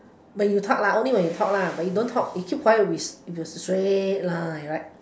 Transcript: when you talk lah only when you talk lah but you don't talk you keep quiet it'll be a straight line right